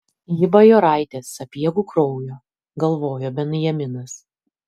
ji bajoraitė sapiegų kraujo galvojo benjaminas